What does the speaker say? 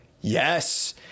Yes